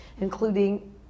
including